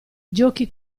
giochi